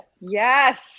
Yes